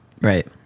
Right